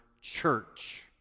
church